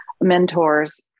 mentors